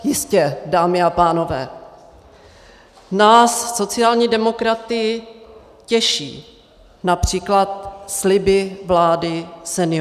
Jistě, dámy a pánové, nás sociální demokraty těší například sliby vlády seniorům.